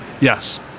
Yes